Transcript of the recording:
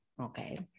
Okay